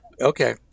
okay